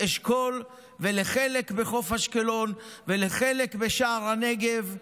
אשכול ולחלק בחוף אשקלון ולחלק בשער הנגב,